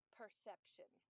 perception